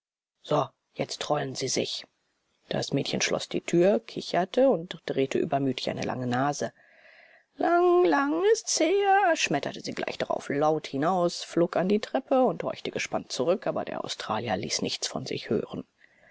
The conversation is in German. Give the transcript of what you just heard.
so jetzt trollen sie sich das mädchen schloß die tür kicherte und drehte übermütig eine lange nase lang lang ist's her schmetterte sie gleich darauf laut hinaus flog an die treppe und horchte gespannt zurück aber der australier ließ nichts von sich hören